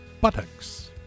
buttocks